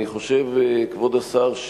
אני חושב, כבוד השר,